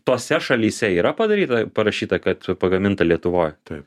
tose šalyse yra padaryta parašyta kad pagaminta lietuvoj taip